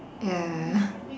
ya